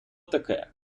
таке